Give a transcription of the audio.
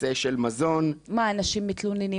הנושא של מזון --- על מה אנשים מתלוננים?